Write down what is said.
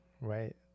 right